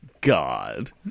God